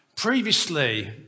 Previously